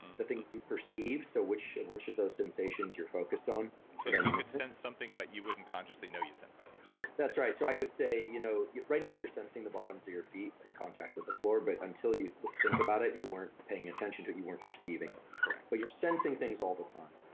the things you perceive, so which of which of those sensations you're focused on so, and you could sense something, but you wouldn't consciously know you sensed it, you're saying? that's right. so, i could say you know right now you're sensing the bottoms of your feet in contact with the floor, but until you think about it, you weren't paying attention to it. you weren't perceiving it correct but you're sensing things all the time.